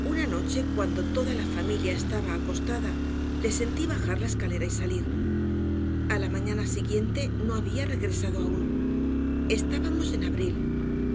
una noche cuando toda la familia estaba acostada le sentí bajar la escalera y salir a la mañana siguiente no había regresado aún estábamos en abril